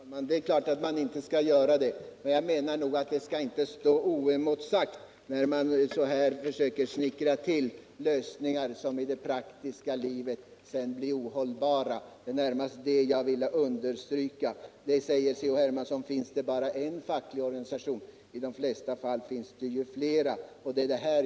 Herr talman! Nej, det är klart att man inte skall göra det. Men jag tycker inte att det skall stå opåtalat när man så här försöker snickra till lösningar som i det praktiska livet blir ohållbara. C.-H. Hermansson nämnde fall där det bara finns en facklig organisation. I de flesta fall finns det ju flera.